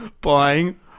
buying